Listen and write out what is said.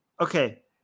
Okay